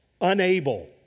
unable